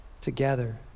together